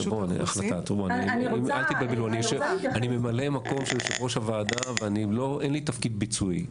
אני ממלא מקום של יושב-ראש הוועדה ואין לי תפקיד ביצועי,